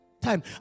Time